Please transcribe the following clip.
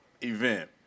event